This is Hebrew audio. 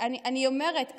אני אומרת,